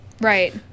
right